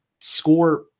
score